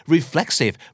Reflexive